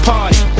Party